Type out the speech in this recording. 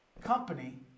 company